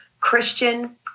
Christian